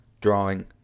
drawing